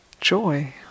joy